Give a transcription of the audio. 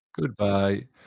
goodbye